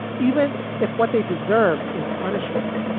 even if what they deserve is punishment.